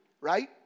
right